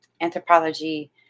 anthropology